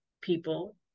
people